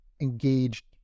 engaged